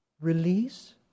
release